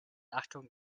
achtung